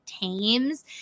tames